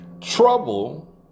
Trouble